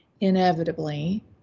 Inevitably